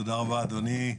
תודה רבה, אדוני.